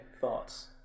thoughts